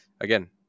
again